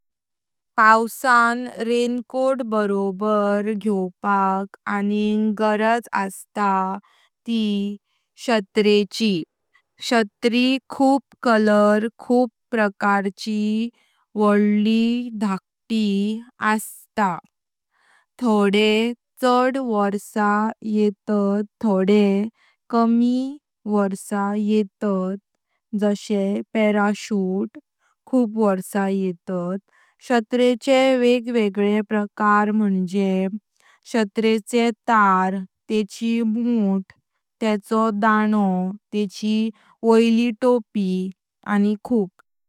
पावसाच्या रेनकोट बरोबर घेओवपाक आनी गरज असता ती शत्रेची। शत्रे खूप कलर, खूप प्रकारचे वडले ढाकते असतात। थोडे छद वर्ष येतात थोडे कमी वर्ष येता। शत्रेचे वेग वेगळे प्रकार म्हणजे शत्रेचे तार, तेची मुठ, तेचो दाणो, तेची वळी टोपी आनी खूप।